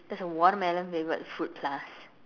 there's a watermelon flavored fruit plus